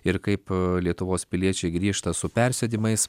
ir kaip lietuvos piliečiai grįžta su persėdimais